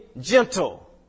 gentle